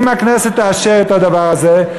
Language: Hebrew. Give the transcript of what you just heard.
אם הכנסת תאשר את הדבר הזה,